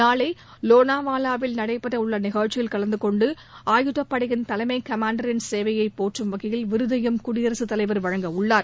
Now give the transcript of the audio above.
நாளை லோனாவாவில் நடைபெறவுள்ள நிகழ்ச்சியில் கலந்து கொண்டு ஆயுதப்படையின் தலைமைக் கமாண்டரின் சேவையைப் போற்றம் வகையில் விருதையும் குடியரசுத் தலைவர் வழங்கவுள்ளார்